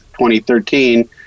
2013